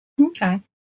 Okay